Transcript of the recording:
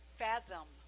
fathom